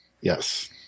yes